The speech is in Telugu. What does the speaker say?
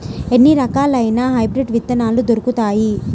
ఎన్ని రకాలయిన హైబ్రిడ్ విత్తనాలు దొరుకుతాయి?